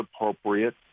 appropriate